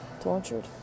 tortured